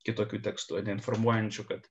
kitokiu tekstu ane informuojančiu kad